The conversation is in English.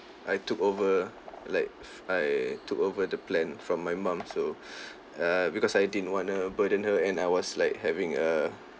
I took over like f~ I took over the plan from my mum so err because I didn't want to burden her and I was like having a